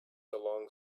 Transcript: along